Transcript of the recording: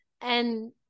and-